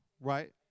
right